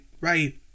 right